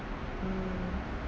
mm